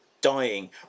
dying